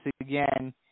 again